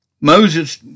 Moses